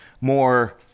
more